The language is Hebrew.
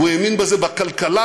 הוא האמין בזה בכלכלה,